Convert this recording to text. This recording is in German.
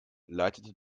leitete